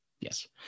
yes